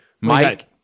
Mike